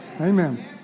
Amen